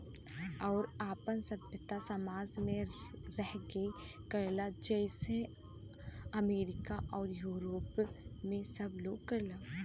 आउर आपन सभ्यता समाज मे रह के करला जइसे अमरीका आउर यूरोप मे सब लोग करला